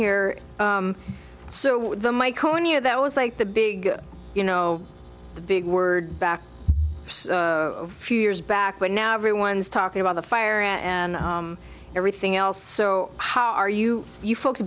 here so the my cornea that was like the big you know big word back a few years back but now everyone's talking about the fire and everything else so how are you you folks